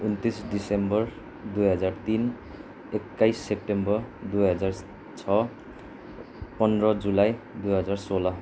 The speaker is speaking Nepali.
उन्तिस डिसेम्बर ड दुई हजार तिन एक्काइस सेप्टेम्बर दुई हजार छ पन्ध्र जुलाई दुई हजार सोह्र